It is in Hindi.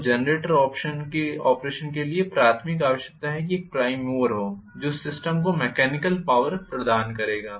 तो जनरेटर ऑपरेशन के लिए प्राथमिक आवश्यकता है कि एक प्राइम मूवर हो जो सिस्टम को मेकेनिकल पॉवर प्रदान करेगा